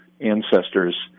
ancestors